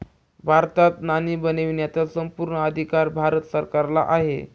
भारतात नाणी बनवण्याचा संपूर्ण अधिकार भारत सरकारला आहे